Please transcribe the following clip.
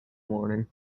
morning